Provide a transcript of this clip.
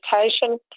education